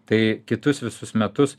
tai kitus visus metus